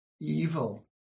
evil